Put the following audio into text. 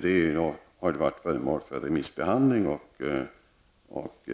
Den har varit föremål för remissbehandling och